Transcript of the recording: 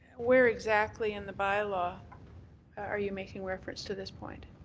where exactly in the bylaw are you making reference to this point?